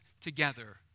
together